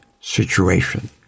situation